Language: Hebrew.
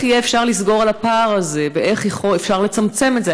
איך אפשר יהיה לסגור את הפער הזה ואיך אפשר לצמצם את זה?